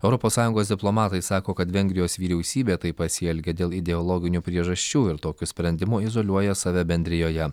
europos sąjungos diplomatai sako kad vengrijos vyriausybė taip pasielgė dėl ideologinių priežasčių ir tokiu sprendimu izoliuoja save bendrijoje